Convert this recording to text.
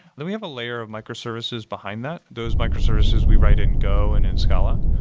then we have a layer of microservices behind that. those microservices we write in go and in scala,